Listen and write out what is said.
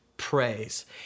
praise